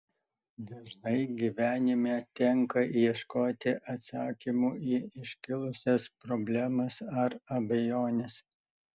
dažnai gyvenime tenka ieškoti atsakymų į iškilusias problemas ar abejones